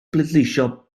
bleidleisio